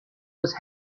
was